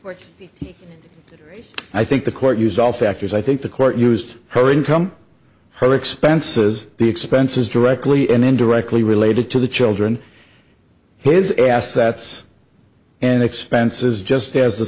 court i think the court used all factors i think the court used her income her expenses the expenses directly and indirectly related to the children his assets and expenses just as